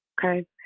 Okay